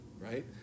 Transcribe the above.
right